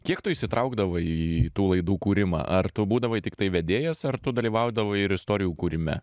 kiek tu įsitraukdavai į į tų laidų kūrimą ar tu būdavai tiktai vedėjas ar tu dalyvaudavai ir istorijų kūrime